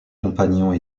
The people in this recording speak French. compagnons